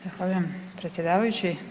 Zahvaljujem predsjedavajući.